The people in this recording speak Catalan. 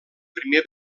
primer